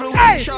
hey